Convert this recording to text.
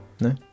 No